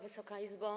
Wysoka Izbo!